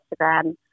Instagram